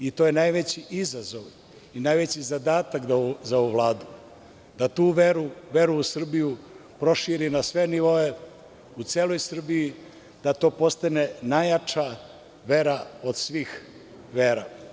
I to je najveći izazov i najveći zadatak za ovu Vladu, da tu veru, veru u Srbiju proširi na sve nivoe u celoj Srbiji, da to postane najjača vera od svih vera.